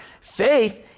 faith